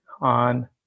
on